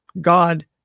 God